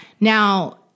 Now